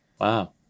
Wow